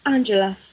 Angela